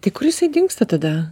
tai kur jisai dingsta tada